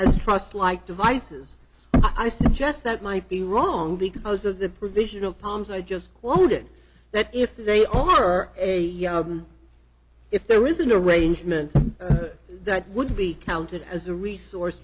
as trust like devices i suggest that might be wrong because of the provisional palms i just quoted that if they own her a if there isn't a range meant that would be counted as a resource